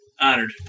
Honored